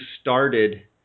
started